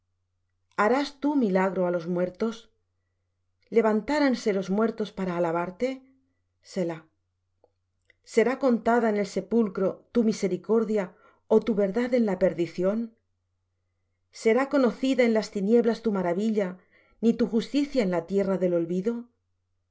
harás tú milagro á los muertos levantaránse los muertos para alabarte selah será contada en el sepulcro tu misericordia o tu verdad en la perdición será conocida en las tinieblas tu maravilla ni tu justicia en la tierra del olvido